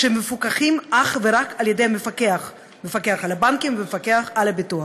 והם מפוקחים אך ורק על ידי המפקח על הבנקים והמפקח על הביטוח.